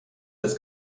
das